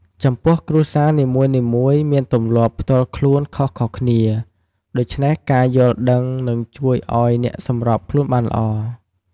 ចំពោះគ្រួសារនីមួយៗមានទម្លាប់ផ្ទាល់ខ្លួនខុសៗគ្នា ដូច្នេះការយល់ដឹងនឹងជួយឲ្យអ្នកសម្របខ្លួនបានល្អ។